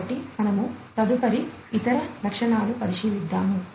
కాబట్టి మనము తదుపరి ఇతర లక్షణాలను పరిశీలిద్దాము